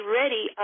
ready